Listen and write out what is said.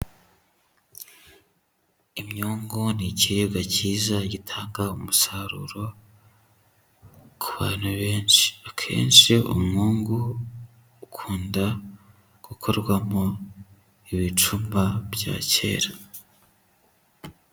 Imyungu ni ikiribwa cyiza gitanga umusaruro ku bantu benshi. Akenshi umwungu ukunda gukorwamo ibicuma bya kera.